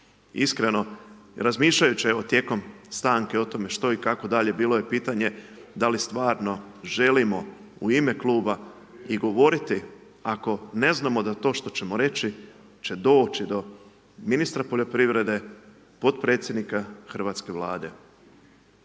iskreno, razmišljajući evo tijekom stanke što i kako dalje, bilo je pitanje da li stvarno želimo u ime kluba i govoriti ako ne znamo da to što ćemo reći će doći do ministra poljoprivrede, potpredsjednika hrvatske Vlade